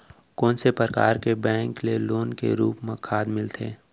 कोन से परकार के बैंक ले लोन के रूप मा खाद मिलथे?